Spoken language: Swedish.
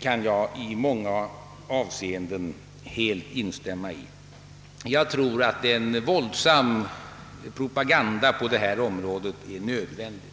kan jag i många avseenden helt instämma i. En kraftig propaganda på detta område är nödvändig.